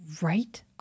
Right